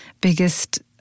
biggest